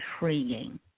intriguing